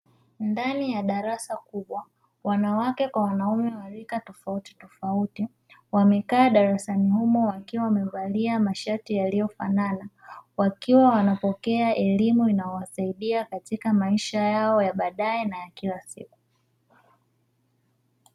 Ndani ya darasa kubwa wanawake kwa wanaume wa rika tofautitofauti wamekaa darasani humo wakiwa wamevalia mashati yaliyofanana, wakiwa wanapokea elimu inayowasaidia katika yao ya baadae na ya kila siku.